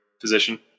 position